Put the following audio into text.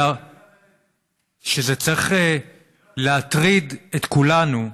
שזה צריך להטריד את כולנו,